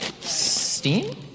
Steam